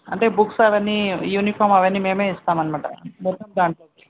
అంటే బుక్స్ అవన్నీ యూనిఫామ్ అవన్నీ మేమే ఇస్తాం అనమాట మొత్తం దాంతోటే